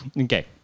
Okay